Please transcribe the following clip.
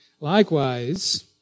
Likewise